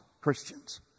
Christians